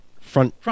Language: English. Front